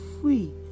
free